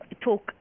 talk